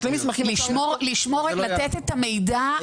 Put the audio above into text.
לתת את המידע,